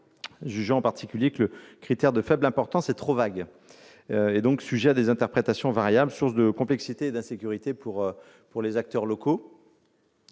jugeant en particulier le critère de « faible importance » trop vague, donc sujet à des interprétations variables, sources de complexité et d'insécurité pour les acteurs locaux.